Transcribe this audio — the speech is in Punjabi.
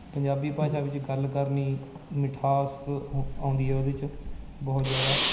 ਪੰਜਾਬੀ ਭਾਸ਼ਾ ਵਿੱਚ ਗੱਲ ਕਰਨੀ ਮਿਠਾਸ ਆਉਂਦੀ ਹੈ ਉਹਦੇ 'ਚ ਬਹੁਤ ਜ਼ਿਆਦਾ